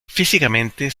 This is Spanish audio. físicamente